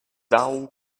thou